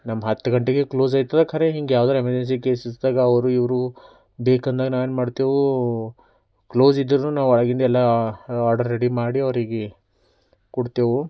ನಮ್ದು ಹತ್ತು ಗಂಟೆಗೆ ಕ್ಲೋಸ್ ಆಗ್ತದೆ ಖರೆ ಹಿಂಗೆ ಯಾವ್ದಾರು ಎಮರ್ಜೆನ್ಸಿ ಕೇಸಸ್ದಾಗ ಅವರು ಇವರು ಬೇಕೆಂದಾಗ ನಾವೇನು ಮಾಡ್ತೇವೆ ಕ್ಲೋಸ್ ಇದ್ದರೂ ನಾವು ಒಳಗಿಂದೆಲ್ಲ ಆರ್ಡರ್ ರೆಡಿ ಮಾಡಿ ಅವ್ರಿಗೆ ಕೊಡ್ತೇವೆ